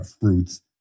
fruits